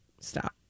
Stop